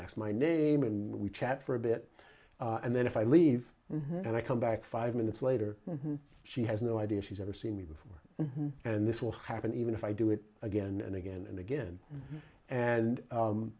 that's my name and we chat for a bit and then if i leave and i come back five minutes later she has no idea she's ever seen me before and this will happen even if i do it again and again and again and